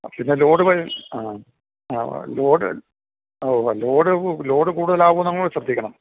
പക്ഷേ പിന്നെ ലോഡ് ആ ആ ലോഡ് ഉവ്വ ലോഡ് ലോഡ് കൂടുതൽ ആകുമോ എന്ന് നമ്മൾ ശ്രദ്ധിക്കണം